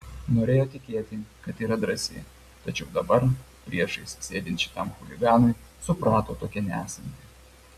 norėjo tikėti kad yra drąsi tačiau dabar priešais sėdint šitam chuliganui suprato tokia nesanti